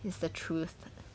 it's the truth